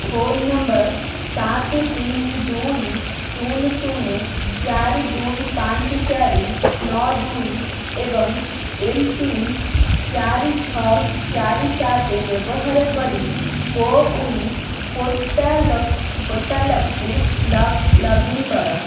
phone number ସାତ ତିନି ଦୁଇ ଶୂନ ଶୂନ ଚାରି ଦୁଇ ପାଞ୍ଚ ଚାରି ନଅ ଦୁଇ ଏବଂ ଏମ୍ପିନ୍ ଚାରି ଛଅ ଚାରି ସାତ ବ୍ୟବହାର କରି କୋୱିନ୍ ପୋର୍ଟାଲକ ପୋର୍ଟାଲକୁ ଲଗ୍ ଲଗ୍ଇନ୍ କର